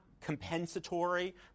compensatory